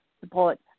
support